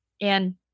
And-